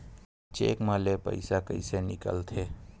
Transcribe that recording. Cheque म ले पईसा कइसे निकलथे?